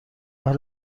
اهل